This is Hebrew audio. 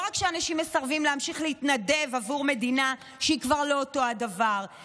לא רק שאנשים מסרבים להמשיך להתנדב עבור מדינה שהיא כבר לא אותו הדבר,